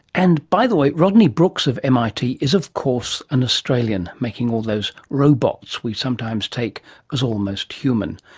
and by the way, rodney brooks of mit is, of course, an australian making all those robots we sometimes take as almost human.